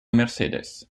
mercedes